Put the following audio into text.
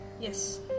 Yes